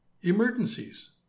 emergencies